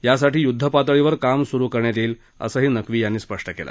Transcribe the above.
यासाठी युद्धपातळीवर काम सुरू करण्यात येईल असंही नक्वी यांनी स्पष्ट केलं